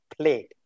played